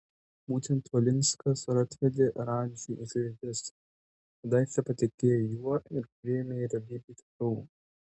būtent valinskas ir atvedė radži į žvaigždes kadaise patikėjo juo ir priėmė į realybės šou